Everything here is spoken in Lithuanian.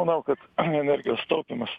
manau kad energijos taupymas